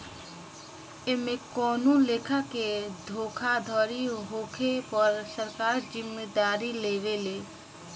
एमे कवनो लेखा के धोखाधड़ी होखे पर सरकार जिम्मेदारी लेवे ले